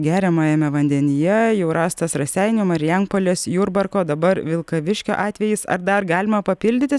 geriamajame vandenyje jau rastas raseinių marijampolės jurbarko dabar vilkaviškio atvejis ar dar galima papildyti